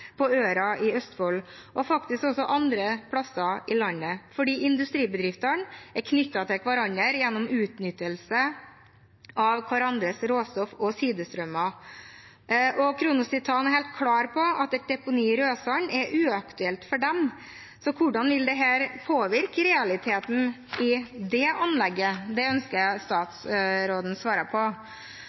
på Øra i Østfold og faktisk også andre plasser i landet, fordi industribedriftene er knyttet til hverandre gjennom utnyttelse av hverandres råstoff og sidestrømmer. Kronos Titan er helt klar på at et deponi i Raudsand er uaktuelt for dem, så hvordan vil dette påvirke realiteten i det anlegget? Det ønsker jeg at statsråden svarer på.